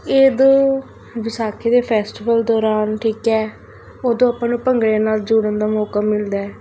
ਇਹ ਦੋ ਵਿਸਾਖੀ ਦੇ ਫੈਸਸੀਵਲ ਦੌਰਾਨ ਠੀਕ ਹੈ ਉਦੋਂ ਆਪਾਂ ਨੂੰ ਭੰਗੜੇ ਨਾਲ ਜੁੜਨ ਦਾ ਮੌਕਾ ਮਿਲਦਾ